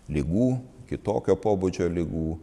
ligų kitokio pobūdžio ligų